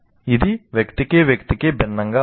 ఇది వ్యక్తికి వ్యక్తికి భిన్నంగా ఉందా